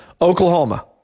Oklahoma